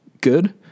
good